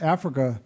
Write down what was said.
Africa